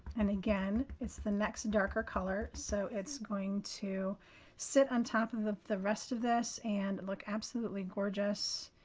and again, it's the next darker color. so it's going to sit on top of the the rest of this and look absolutely gorgeous.